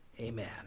amen